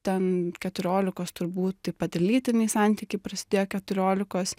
ten keturiolikos turbūt taip pat ir lytiniai santykiai prasidėjo keturiolikos